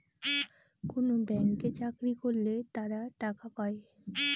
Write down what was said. কোনো ব্যাঙ্কে চাকরি করলে তারা টাকা পায়